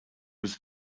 was